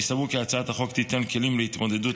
אני סבור כי הצעת החוק תיתן כלים להתמודדות